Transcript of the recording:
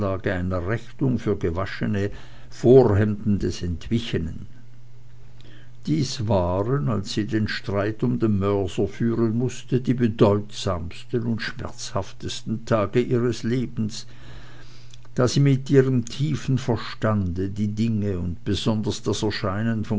rechnung für gewaschene vorhemden des entwichenen dies waren als sie den streit um den mörser führen mußte die bedeutsamsten und schmerzhaftesten tage ihres lebens da sie mit ihrem tiefen verstande die dinge und besonders das erscheinen